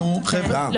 נו, חבר'ה.